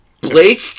Blake